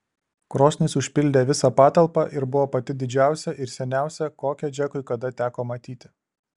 krosnis užpildė visą patalpą ir buvo pati didžiausia ir seniausia kokią džekui kada teko matyti